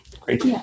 Great